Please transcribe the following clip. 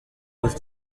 was